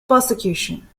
persecution